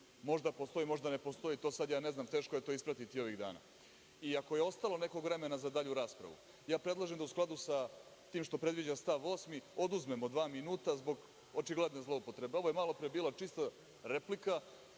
možda postoji, možda ne postoji, ne znam, teško je to ispratiti ovih dana, i ako je ostalo nekog vremena za dalju raspravu, ja predlažem da u skladu sa tim što predviđa stav 8. oduzmemo dva minuta zbog očigledne zloupotrebe. Ovo je malopre bila čista replika,